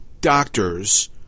doctors